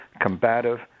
combative